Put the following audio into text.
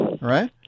Right